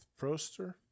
Proster